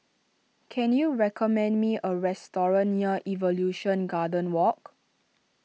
can you recommend me a restaurant near Evolution Garden Walk